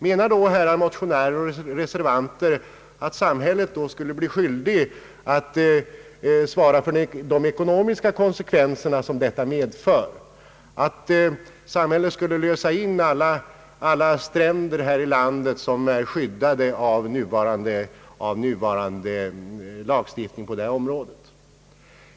Menar då motionärerna och reservanterna att samhället skulle bli skyldigt att svara för de ekonomiska konsekvenserna av detta och att samhället skulle lösa in den mark vid alla stränder här i landet som är skyddad av den nuvarande lagstiftningen?